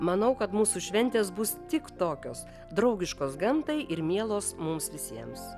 manau kad mūsų šventės bus tik tokios draugiškos gamtai ir mielos mums visiems